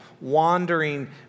wandering